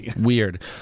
Weird